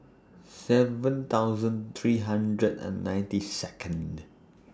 seven thousand three hundred and ninety Second